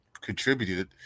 contributed